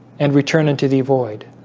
and return into the void